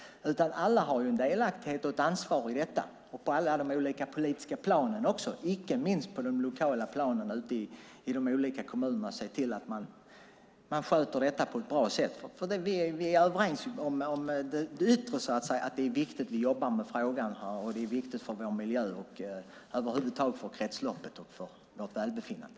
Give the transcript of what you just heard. Alla har en delaktighet och ett ansvar på alla de olika politiska planen, icke minst på de lokala planen ute i de olika kommunerna, för att se till att detta sköts på ett bra sätt. Vi är överens om det yttre, att det är viktigt att jobba vidare med frågan. Det är viktigt för vår miljö och över huvud taget för kretsloppet och vårt välbefinnande.